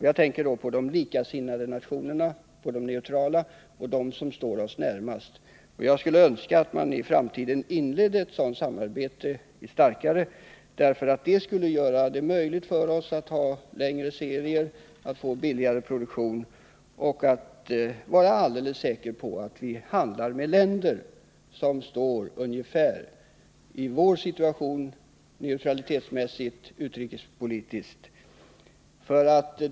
Jag tänkte då på de likasinnade nationerna, de neutrala och de som står oss närmast. Jag skulle önska att man i framtiden med större kraft inledde ett sådant samarbete därför att det skulle göra det möjligt för oss att tillverka i längre serier, att få billigare produktion och att vara alldeles säkra på att vi handlar med länder som står ungefär i vår situation, neutralitetsmässigt och utrikespolitiskt.